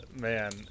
man